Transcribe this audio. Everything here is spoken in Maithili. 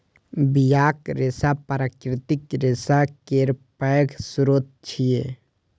बियाक रेशा प्राकृतिक रेशा केर पैघ स्रोत छियै